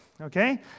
okay